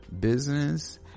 business